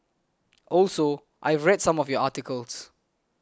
also I read some of your articles